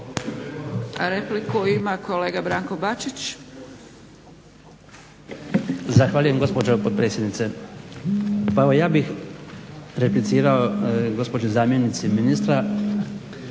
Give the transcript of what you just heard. Bačić. **Bačić, Branko (HDZ)** Zahvaljujem gospođo potpredsjednice. Pa ja bih replicirao gospođi zamjenici ministra